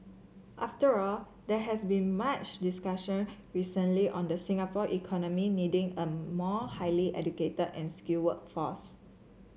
after all there has been much discussion recently on the Singapore economy needing a more highly educated and skilled workforce